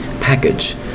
package